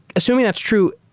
assuming that's true,